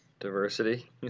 Diversity